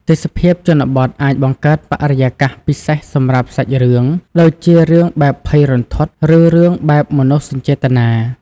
ទេសភាពជនបទអាចបង្កើតបរិយាកាសពិសេសសម្រាប់សាច់រឿង ដូចជារឿងបែបភ័យរន្ធត់ ឬរឿងបែបមនោសញ្ចេតនា។